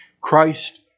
Christ